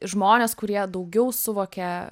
žmones kurie daugiau suvokia